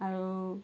আৰু